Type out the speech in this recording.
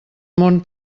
món